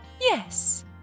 Yes